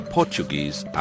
Portuguese